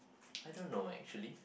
I don't know actually